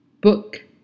book